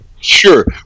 Sure